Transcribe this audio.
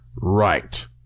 right